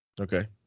Okay